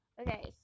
Okay